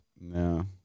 No